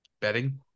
betting